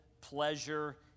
pleasure